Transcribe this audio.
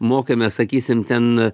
mokame sakysim ten